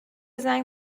زنگ